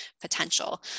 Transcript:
potential